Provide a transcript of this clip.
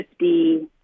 50